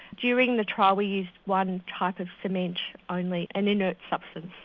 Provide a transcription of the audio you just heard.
during the trial we used one type of cement only, an inert substance.